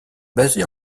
basé